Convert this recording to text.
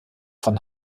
von